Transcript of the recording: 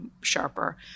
sharper